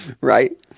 Right